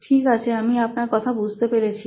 ঠিক আছে আমি আপনার কথা বুঝতে পেরেছি